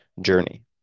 journey